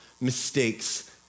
mistakes